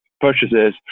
purchases